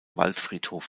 waldfriedhof